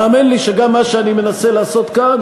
האמן לי שגם מה שאני מנסה לעשות כאן,